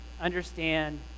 understand